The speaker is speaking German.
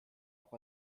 auch